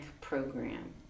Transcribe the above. program